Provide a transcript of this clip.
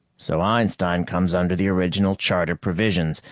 so einstein comes under the original charter provisions.